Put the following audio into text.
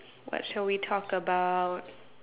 what shall we talk about